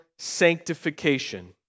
Sanctification